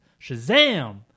shazam